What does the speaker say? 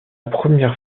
première